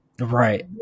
right